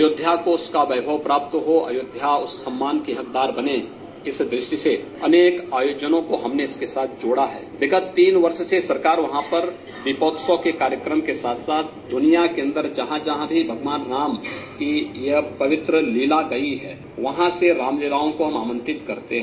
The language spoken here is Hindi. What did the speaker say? अयोध्या को उसका वैभव प्राप्त हो अयोध्या उस सम्मान की हक़दार बने इस द्रष्टि से अनेक आयोजनों को हमने इसके साथ जोड़ा हैं विगृत तीन वर्ष सरकार वहां पर दीपोत्सव के कार्यक्रम के साथ साथ द्रनिया के अन्दर जहां जहां भी भगवान राम की यह पवित्र लीला गई है वहां से राम लीलाओं को हम आमंत्रित करते हैं